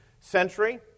century